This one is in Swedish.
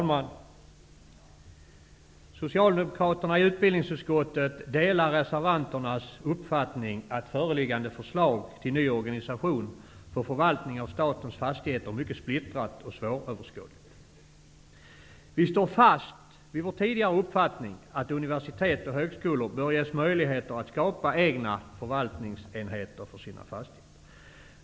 Fru talman! Socialdemokraterna i utbildningsutskottet delar reservanternas uppfattning att förevarande förslag till ny organisation för förvaltning av statens fastigheter är mycket splittrat och svåröverskådligt. Vi står fast vid vår tidigare uppfattning att universitet och högskolor bör ges möjligheter att skapa egna förvaltningsenheter för sina fastigheter.